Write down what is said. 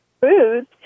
foods